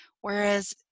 Whereas